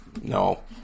No